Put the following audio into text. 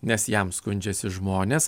nes jam skundžiasi žmonės